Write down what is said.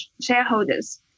shareholders